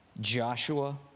Joshua